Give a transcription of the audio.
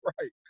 right